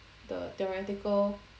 the theoretical